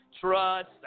trust